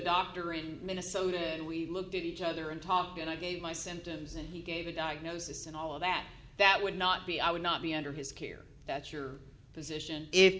doctor in minnesota and we looked at each other and talked and i gave my symptoms and he gave a diagnosis and all of that that would not be i would not be under his care that's your